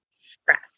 stress